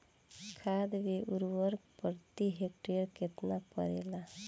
खाद व उर्वरक प्रति हेक्टेयर केतना परेला?